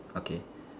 okay